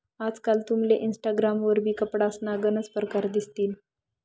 आजकाल तुमले इनस्टाग्राम वरबी कपडासना गनच परकार दिसतीन